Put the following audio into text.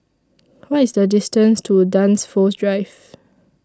What IS The distance to Dunsfold Drive